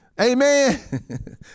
Amen